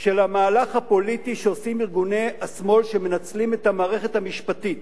של המהלך הפוליטי שעושים ארגוני השמאל שמנצלים את המערכת המשפטית